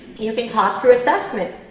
you can talk through assessments.